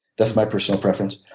that's my personal preference.